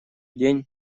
день